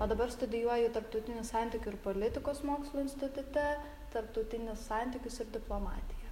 o dabar studijuoju tarptautinių santykių ir politikos mokslų institute tarptautinius santykius ir diplomatiją